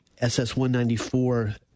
SS-194